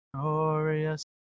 Glorious